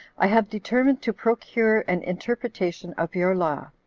i have determined to procure an interpretation of your law,